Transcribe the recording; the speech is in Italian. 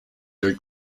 del